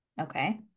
Okay